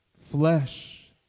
flesh